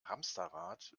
hamsterrad